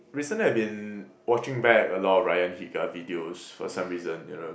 recently I've been watching back a lot of Ryan Higa videos for some reason you know